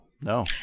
no